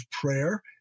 prayer